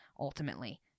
Ultimately